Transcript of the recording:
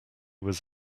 was